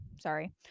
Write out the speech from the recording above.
sorry